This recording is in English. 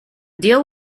deal